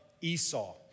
Esau